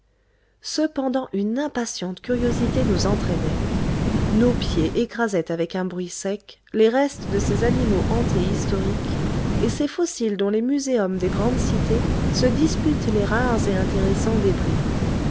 cependant une impatiente curiosité nous entraînait nos pieds écrasaient avec un bruit sec les restes de ces animaux antéhistoriques et ces fossiles dont les muséums des grandes cités se disputent les rares et intéressants